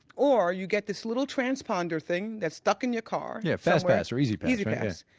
or you get this little transponder thing that's stuck in your car, yeah, fast pass or easy pass easy pass.